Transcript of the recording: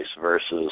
versus